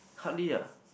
hardly ah